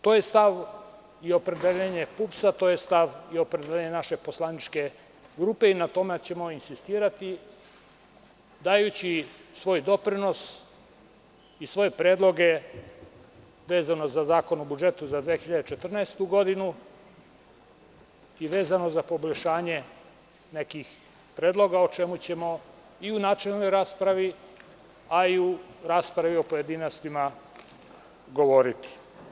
To je stav i opredeljenje PUPS-a, to je stav i opredeljenje naše poslaničke grupe i na tome ćemo insistirati, dajući svoj doprinos i svoje predloge vezano za Zakon o budžetu za 2014. godinu i vezano za poboljšanje nekih predloga, o čemu ćemo i u načelnoj raspravi, a i u raspravi u pojedinostima govoriti.